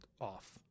off